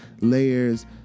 layers